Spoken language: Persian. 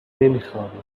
نمیخوابه